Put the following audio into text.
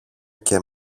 και